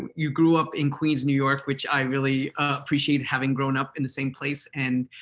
you grew up in queens, new york, which i really appreciate having grown up in the same place. and